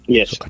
Yes